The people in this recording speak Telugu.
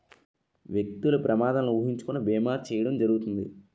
వ్యక్తులు ప్రమాదాలను ఊహించుకొని బీమా చేయడం జరుగుతుంది